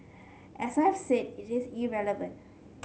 as I have said it is irrelevant